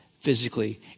physically